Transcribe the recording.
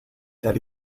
that